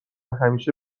همیشه